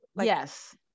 Yes